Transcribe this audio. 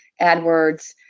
AdWords